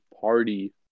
party